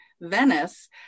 Venice